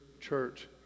church